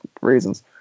reasons